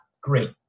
great